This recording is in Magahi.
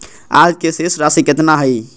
आज के शेष राशि केतना हइ?